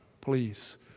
please